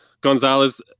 Gonzalez